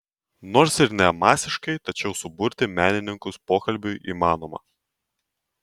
nors ir ne masiškai tačiau suburti menininkus pokalbiui įmanoma